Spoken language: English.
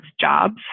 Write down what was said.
jobs